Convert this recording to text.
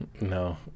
No